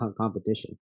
competition